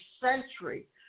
century